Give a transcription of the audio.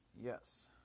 Yes